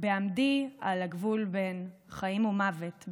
"בעומדי על הגבול בין חיים ומוות,